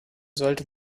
sollte